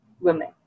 women